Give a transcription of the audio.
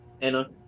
Anna